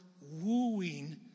wooing